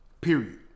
period